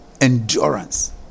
endurance